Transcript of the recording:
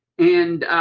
and